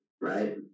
right